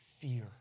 fear